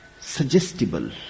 suggestible